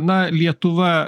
na lietuva